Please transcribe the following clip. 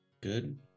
good